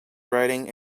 riding